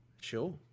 sure